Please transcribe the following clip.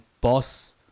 Boss